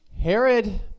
Herod